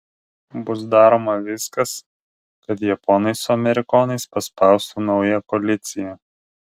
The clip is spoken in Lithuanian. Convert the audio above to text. bus daroma viskas kad japonai su amerikonais paspaustų naują koaliciją